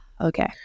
Okay